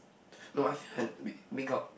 no I feel like make makeup